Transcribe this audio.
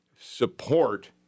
support